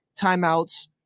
timeouts